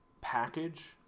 package